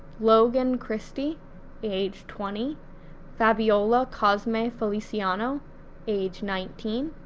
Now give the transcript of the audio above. logan christy age twenty fabiola cosmefeliciano age nineteen,